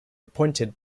appointed